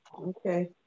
Okay